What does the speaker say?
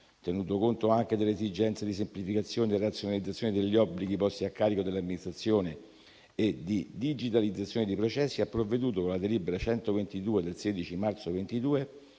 tenuto conto anche dell'esigenza di semplificazione e razionalizzazione degli obblighi posti a carico dell'amministrazione e di digitalizzazione dei processi, ha provveduto con la delibera 122 del 16 marzo 2022,